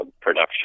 production